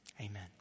amen